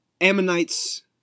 Ammonites